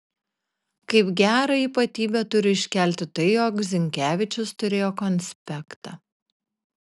kaip gerą ypatybę turiu iškelti tai jog zinkevičius turėjo konspektą